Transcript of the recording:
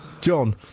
John